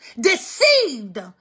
Deceived